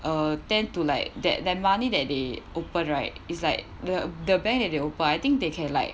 uh tend to like that that money that they open right it's like the the bank that they open I think they can like